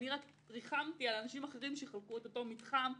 אני קר ריחמתי על אנשים אחרים שפקדו את אותו מתחם,